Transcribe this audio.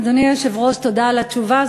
אדוני היושב-ראש, תודה על התשובה.